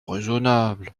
raisonnable